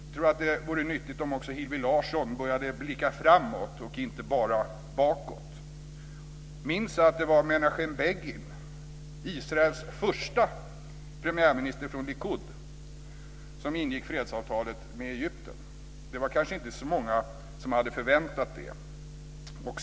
Jag tror att det vore nyttigt om också Hillevi Larsson började blicka framåt och inte bara bakåt. Minns att det var Menachem Begin, Israels förste premiärminister från Likud, som ingick fredsavtalet med Egypten. Det var kanske inte så många som hade förväntat sig det.